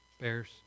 Bears